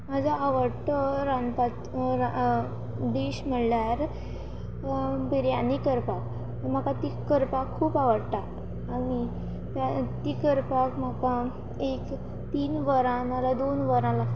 म्हाजो आवडटो रांदपा रंदपाचो डीश म्हणल्यार बिर्याणी करपाक म्हाका ती करपाक खूब आवडटा आनी ती करपाक म्हाका एक तीन वरां नाल्या दोन वरां लागता